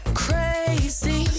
crazy